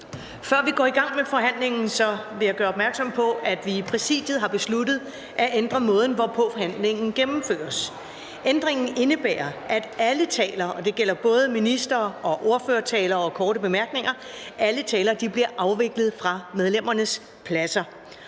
Før vi går i gang med forhandlingen, vil jeg gøre opmærksom på, at vi i Præsidiet har besluttet at ændre måden, hvorpå forhandlingen gennemføres. Ændringen indebærer, at alle taler – og det gælder både ministre og ordførere og medlemmer med korte bemærkninger – afvikles fra medlemmernes pladser.